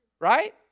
right